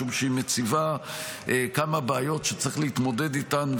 משום שהיא מציבה כמה בעיות שצריך להתמודד איתן,